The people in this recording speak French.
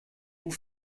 vous